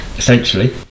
Essentially